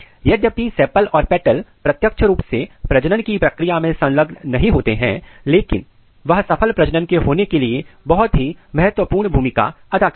यद्यपि सेपल्स और पेटल्स प्रत्यक्ष रूप से प्रजनन की क्रिया में संलग्न नहीं होते हैं लेकिन वह सफल प्रजनन के होने के लिए बहुत ही महत्वपूर्ण भूमिका अदा करते हैं